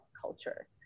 culture